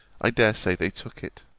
i day say they took it.